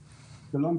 שלום.